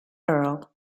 earl